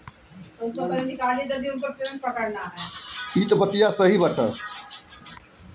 home loan लेवे खातिर तअ कवनो न कवनो संपत्ति तअ दाव पे लगावे के पड़त बा